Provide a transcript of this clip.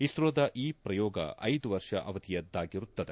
ಇಸ್ರೋದ ಈ ಪ್ರಯೋಗ ಐದು ವರ್ಷ ಅವಧಿಯದ್ದಾಗಿರುತ್ತದೆ